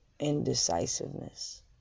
indecisiveness